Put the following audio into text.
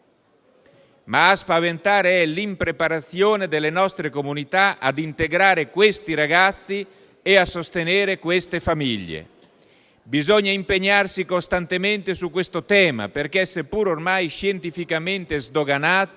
è soprattutto l'impreparazione delle nostre comunità a integrare questi ragazzi e a sostenere le loro famiglie. Bisogna impegnarsi costantemente su questo tema perché, seppur ormai scientificamente sdoganato